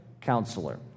Counselor